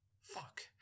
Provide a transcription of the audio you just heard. fuck